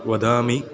वदामि